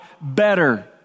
better